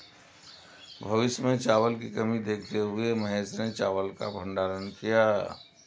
भविष्य में चावल की कमी देखते हुए महेश ने चावल का भंडारण किया